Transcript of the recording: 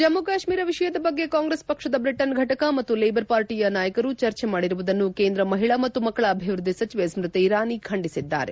ಜಮ್ಮ ಕಾಶ್ಮೀರ ವಿಷಯದ ಬಗ್ಗೆ ಕಾಂಗ್ರೆಸ್ ಪಕ್ಷದ ಬ್ರಿಟನ್ ಫಟಕ ಮತ್ತು ಲೇಬರ್ ಪಾರ್ಟಿಯ ನಾಯಕರು ಚರ್ಚೆ ಮಾಡಿರುವುದನ್ನು ಕೇಂದ್ರ ಮಹಿಳಾ ಮತ್ತು ಮಕ್ಕಳ ಅಭಿವೃದ್ಧಿ ಸಚಿವೆ ಸ್ಮತಿ ಇರಾನಿ ಖಂಡಿಸಿದ್ದಾರೆ